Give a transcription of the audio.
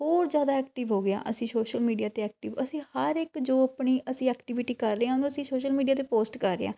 ਹੋਰ ਜ਼ਿਆਦਾ ਐਕਟਿਵ ਹੋ ਗਏ ਹਾਂ ਅਸੀਂ ਸ਼ੋਸ਼ਲ ਮੀਡੀਆ 'ਤੇ ਐਕਟਿਵ ਅਸੀਂ ਹਰ ਇੱਕ ਜੋ ਆਪਣੀ ਅਸੀਂ ਐਕਟੀਵਿਟੀ ਕਰ ਰਹੇ ਹਾਂ ਉਹਨੂੰ ਅਸੀਂ ਸ਼ੋਸ਼ਲ ਮੀਡੀਆ 'ਤੇ ਪੋਸਟ ਕਰ ਰਹੇ ਹਾਂ